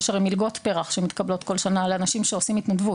יש הרי מלגות פר"ח שמתקבלות כל שנה לאנשים שעושים התנדבות.